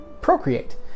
procreate